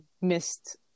missed